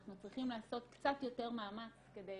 אנחנו צריכים לעשות קצת יותר מאמץ כדי